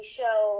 show